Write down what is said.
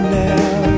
now